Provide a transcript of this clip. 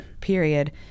period